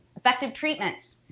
effective treatments.